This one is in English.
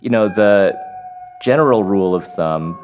you know the general rule of thumb